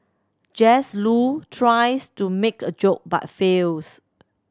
Jesse Loo tries to make a joke but fails